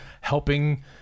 helping